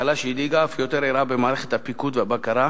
התקלה שהדאיגה אף יותר אירעה במערכת הפיקוד והבקרה,